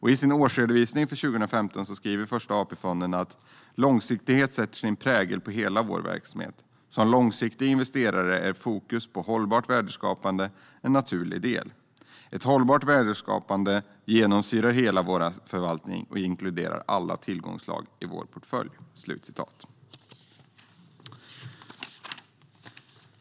I sin årsredovisning för 2015 skriver Första AP-fonden: "Långsiktighet sätter sin prägel på hela vår verksamhet. Som långsiktig investerare är fokus på hållbart värdeskapande en naturlig del. Hållbart värdeskapande genomsyrar hela vår förvaltning och inkluderar alla tillgångsslag i vår portfölj."